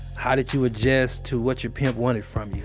how did you adjust to what your pimp wanted from you?